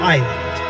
Island